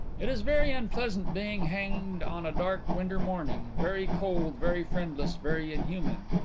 it is very unpleasant being hanged on a dark winter morning very cold, very friendless, very inhuman.